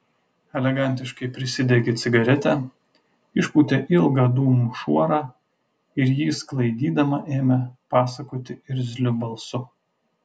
elegantiškai prisidegė cigaretę išpūtė ilgą dūmų šuorą ir jį sklaidydama ėmė pasakoti irzliu balsu